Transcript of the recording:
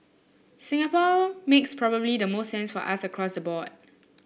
Singapore makes probably the most sense for us across the board